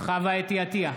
חוה אתי עטייה,